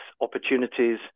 opportunities